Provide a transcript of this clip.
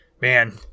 man